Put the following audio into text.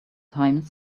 time